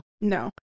no